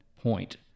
point